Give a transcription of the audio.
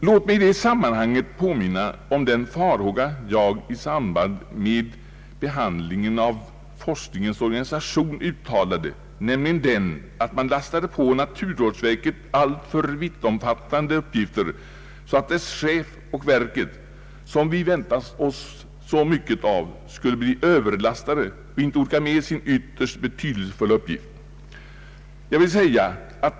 Låt mig i det sammanhanget påminna om den farhåga jag i samband med behandlingen av forskningens organisation uttalade, nämligen den att man lastade på naturvårdsverket alltför vittomfattande uppgifter så att dess chef och verket, som vi väntat oss så mycket av, skulle bli överbelastade och inte orka med sin ytterst betydelsefulla uppgift.